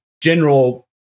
general